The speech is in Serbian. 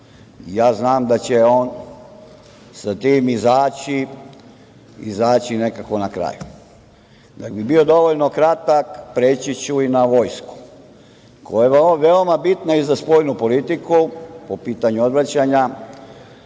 nas. Znam da će on sa tim izaći nekako na kraj. Da bih bio dovoljno kratak, preći ću i na vojsku koja je veoma bitna i za spoljnu politiku po pitanju odvraćanja,